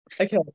Okay